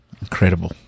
Incredible